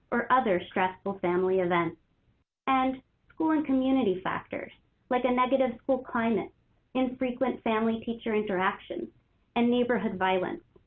or other stressful family events and school and community factors like a negative school climate and frequent family-teacher interactions and neighborhood violence.